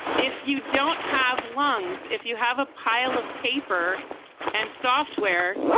if you don't have lungs, if you have a pile of paper and software,